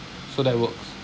so that works